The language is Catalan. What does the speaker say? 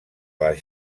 les